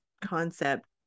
concept